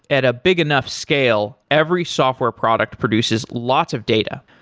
at a big enough scale, every software product produces lots of data.